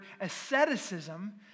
asceticism